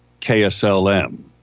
kslm